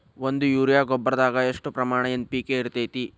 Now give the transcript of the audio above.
ಒಂದು ಯೂರಿಯಾ ಗೊಬ್ಬರದಾಗ್ ಎಷ್ಟ ಪ್ರಮಾಣ ಎನ್.ಪಿ.ಕೆ ಇರತೇತಿ?